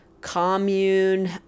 commune